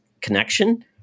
connection